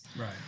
Right